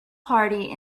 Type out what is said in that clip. party